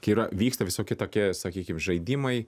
yra vyksta visokie tokie sakykim žaidimai